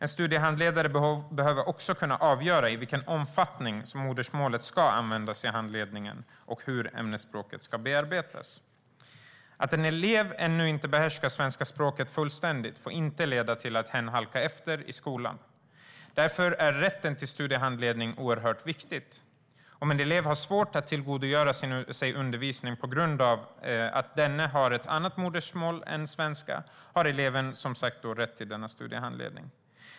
En studiehandledare behöver också kunna avgöra i vilken omfattning modersmålet ska användas i handledningen och hur ämnesspråket ska bearbetas. Att en elev ännu inte behärskar svenska språket fullständigt får inte leda till att hen halkar efter i skolan. Därför är rätten till studiehandledning oerhört viktig. Om en elev har svårt att tillgodogöra sig undervisningen på grund av att eleven har ett annat modersmål än svenska har eleven som sagt rätt till studiehandledning.